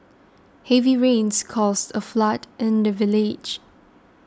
heavy rains caused a flood in the village